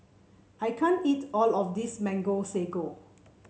I can't eat all of this Mango Sago